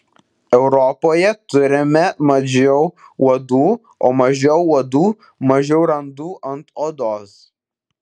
europoje turime mažiau uodų o mažiau uodų mažiau randų ant odos